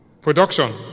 Production